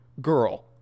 Girl